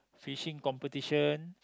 fishing competition